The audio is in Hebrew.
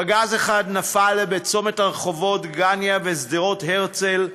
פגז אחד נפל בצומת הרחובות דגניה ושדרות הרצל,